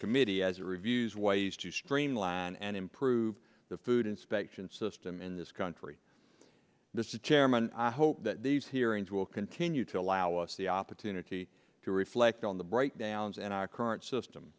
committee as it reviews ways to streamline and improve the food inspection system in this country this is chairman i hope that these hearings will continue to laois the opportunity to reflect on the bright downs in our current system